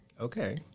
Okay